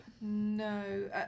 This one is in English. No